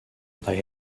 they